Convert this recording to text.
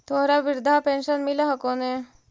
तोहरा वृद्धा पेंशन मिलहको ने?